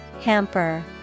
Hamper